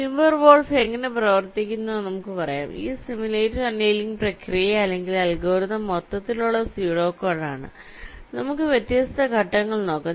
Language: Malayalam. ടിംബർ വോൾഫ് എങ്ങനെ പ്രവർത്തിക്കുന്നുവെന്ന് നമുക്ക് പറയാം ഈ സിമുലേറ്റഡ് അനിയലിംഗ് പ്രക്രിയ അല്ലെങ്കിൽ അൽഗോരിതം മൊത്തത്തിലുള്ള സ്യൂഡോ കോഡ് ആണ് നമുക്ക് വ്യത്യസ്ത ഘട്ടങ്ങൾ നോക്കാം